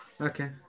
Okay